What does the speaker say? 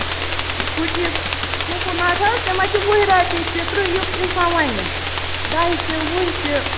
cookies coconut حظ تِم حظ چھِ وُہہِ رۄپیہِ تہِ تٕرٛہ یُتھ اِنسان وَنہِ دَہہِ تہِ وُہہِ تہِ